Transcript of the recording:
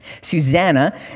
Susanna